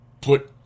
put